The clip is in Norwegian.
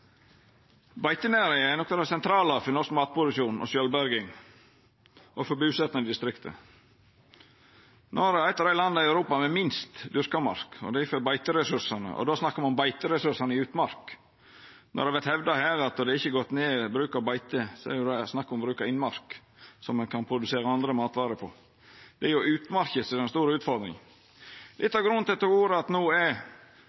Beitenæringa er noko av det sentrale for norsk matproduksjon og sjølvberging – og for busetnad i distriktet. Noreg er eit av landa i Europa med minst dyrka mark, og dermed beiteressursar, og då snakkar me om beiteressursane i utmark. Når det her vert hevda at bruken av beite ikkje har gått ned, er det snakk om bruk av innmark, som ein kan produsera andre matvarer på. Det er utmarka som er den store utfordringa. Litt av grunnen til at eg no tok ordet att, er